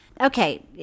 okay